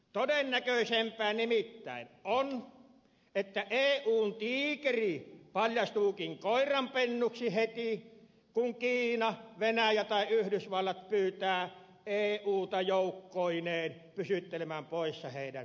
todennäköisempää nimittäin on että eun tiikeri paljastuukin koiranpennuksi heti kun kiina venäjä tai yhdysvallat pyytää euta joukkoineen pysyttelemään poissa heidän takapihaltaan